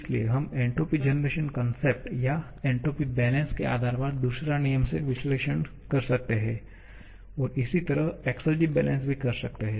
इसलिए हम entropy generation concept या एन्ट्रापी बैलेंस के आधार पर दूसरा नियम से विश्लेषण कर सकते हैं और इसी तरह एक्सेरजी बैलेंस भी कर सहते हैं